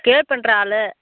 care பண்ணுற ஆள்